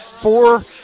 four